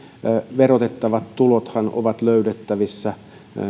verotettavat tulothan ovat